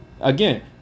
again